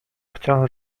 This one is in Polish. chciałam